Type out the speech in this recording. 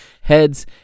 heads